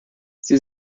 sie